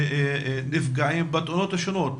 שנפגעים בתאונות שונות,